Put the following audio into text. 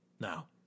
Now